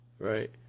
right